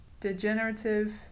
Degenerative